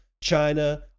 China